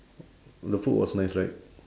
the food was nice right